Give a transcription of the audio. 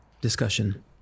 discussion